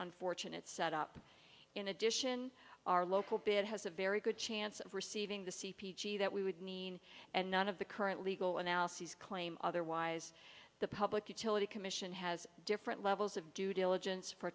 unfortunate set up in addition our local bid has a very good chance of receiving the c p g that we would mean and none of the current legal analyses claim otherwise the public utility commission has different levels of due diligence for